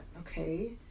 okay